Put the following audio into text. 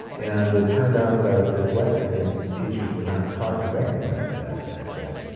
and it turned out that i was dyslexic and teachers were not taught to recognize that back then.